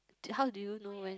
how do you know when